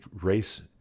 race